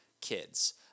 kids